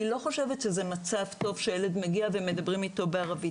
אני לא חושבת שזה מצב טוב שילד מגיע ולא מדברים אתו בערבית.